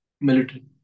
Military